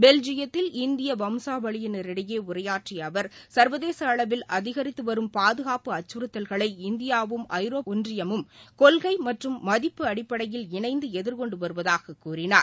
பெல்ஜியத்தில் இந்திய வம்சாவளியினரிடையே உரையாற்றிய அவர் சர்வதேச அளவில் அதிகரித்து வரும் பாதுகாப்பு அச்சுறுத்தல்களை இந்தியாவும் ஐரோப்பிய யூனியனும் கொள்கை மற்றும் மதிப்பு அடிப்படையில் இணைந்து எதிர்கொண்டு வருவதாக கூறினார்